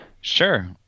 Sure